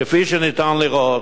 כפי שאפשר לראות,